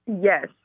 Yes